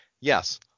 yes